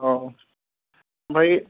अ ओमफ्राय